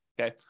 Okay